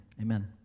Amen